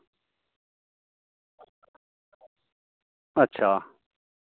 अच्छा